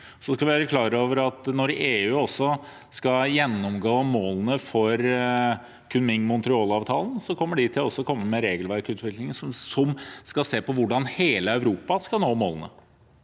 når EU skal gjennomgå målene for Kunming–Montreal-avtalen, vil de komme med regelverksutvikling som skal se på hvordan hele Europa skal nå målene